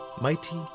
mighty